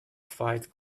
fight